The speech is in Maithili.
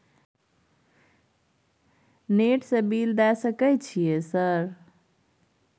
नेट से बिल देश सक छै यह सर?